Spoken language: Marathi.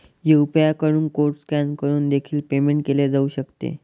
यू.पी.आय कडून कोड स्कॅन करून देखील पेमेंट केले जाऊ शकते